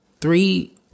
Three